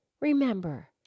Remember